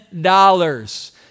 dollars